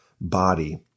body